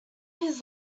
his